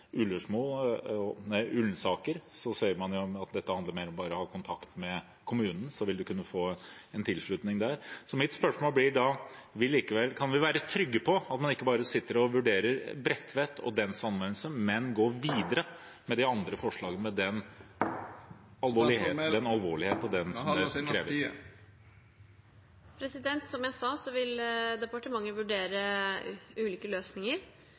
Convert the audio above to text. ser man at dette handler mer om å ha kontakt med kommunen, og så vil man kunne få en tilslutning der. Så mitt spørsmål blir da: Kan vi være trygge på at man ikke bare sitter og vurderer Bredtvet og dens anvendelse, men går videre med de andre forslagene , med den alvorligheten det krever? Ein må halda seg innanfor tida. Som jeg sa, vil departementet vurdere ulike løsninger,